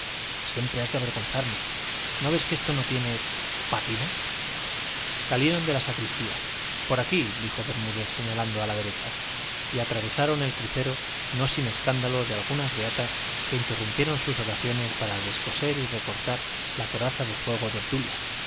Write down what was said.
siempre has de avergonzarme no ves que eso no tiene pátina salieron de la sacristía por aquí dijo bermúdez señalando a la derecha y atravesaron el crucero no sin escándalo de algunas beatas que interrumpieron sus oraciones para descoser y recortar la coraza de fuego de obdulia